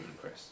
Chris